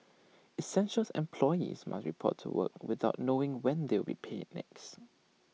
essential employees must report to work without knowing when they'll be paid next